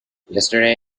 yesterday